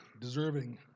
deserving